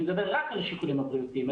אני מדבר רק על השיקולים הבריאותיים.